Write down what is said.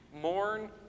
mourn